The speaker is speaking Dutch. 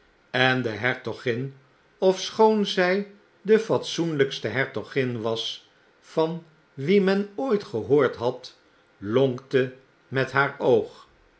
en de hertogin ofschoon zy de fatsoenlykste hertogin was van wie men ooit gehoord had lonkte met haar oog